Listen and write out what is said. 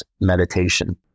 meditation